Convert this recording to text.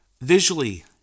Visually